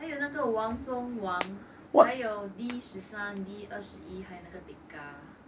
还有那个皇中皇还有 D 十三 D 二十一还有那个 tekka